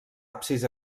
absis